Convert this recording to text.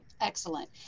Excellent